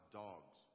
dogs